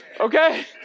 Okay